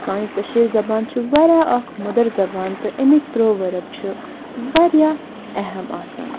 سانہِ کٔشیٖر زَبانہِ چھِ واریاہ اکھ مٔدٕر زَبان تہٕ اَمِکۍ پروؤرٕب چھِ واریاہ اہم آسان